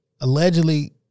Allegedly